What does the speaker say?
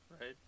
Right